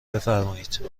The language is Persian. بفرمایید